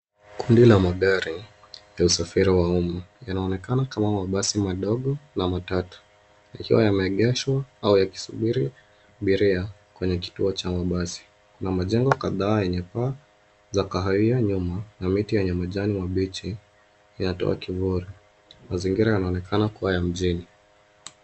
Kundi la magari la usafiri wa uma yanaonekana kama mabasi madogo na matatu, yakiwa yameegeshwa au yakisubiri abiria kwenye kituo cha mabasi. Na majengo kadhaa yenye paa za kahawia nyuma na miti yenye majani mabichi yanatoa kivuli. Mazingira yanaonekana kuwa ya mjini.